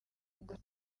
gutera